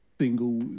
Single